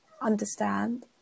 understand